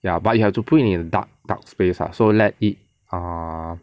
ya but you have to put it in a dark dark space lah so let it err